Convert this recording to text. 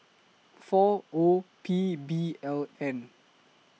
four O P B L N